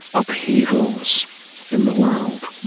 upheavals in the world,